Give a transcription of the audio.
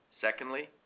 Secondly